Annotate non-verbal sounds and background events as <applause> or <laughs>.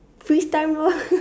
freeze time lor <laughs>